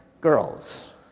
girls